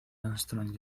armstrong